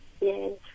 Yes